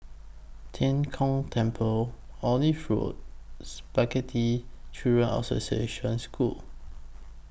Tian Kong Temple Olive Road Spastic Children's Association School